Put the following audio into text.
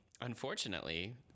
unfortunately